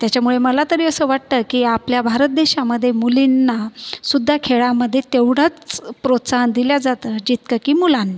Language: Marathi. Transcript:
त्याच्यामुळे मला तरी असं वाटतं की आपल्या भारत देशामध्ये मुलींना सुद्धा खेळामध्ये तेवढंच प्रोत्साहन दिलं जातं जितकं की मुलांना